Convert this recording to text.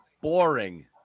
boring